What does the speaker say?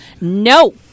No